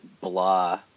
blah